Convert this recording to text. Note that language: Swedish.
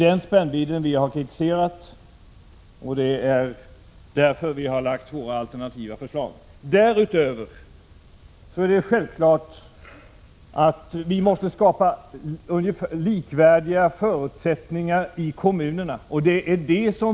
Den spännvidden har vi kritiserat, och därför har vi lagt fram våra alternativa förslag. Därutöver är det självklart att vi måste skapa likvärdiga förutsättningar i kommunerna.